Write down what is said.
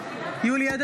(קוראת בשמות חברי הכנסת) יולי יואל